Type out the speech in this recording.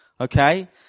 okay